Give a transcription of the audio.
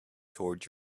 toward